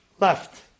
left